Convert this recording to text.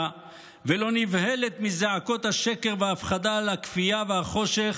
ולא נבהלת מזעקות השקר וההפחדה על הכפייה והחושך